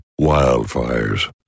wildfires